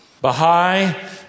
Baha'i